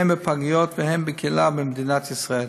הן בפגיות והן בקהילה במדינת ישראל.